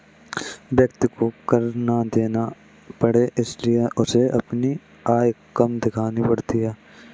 व्यक्ति को कर ना देना पड़े इसलिए उसे अपनी आय कम दिखानी पड़ती है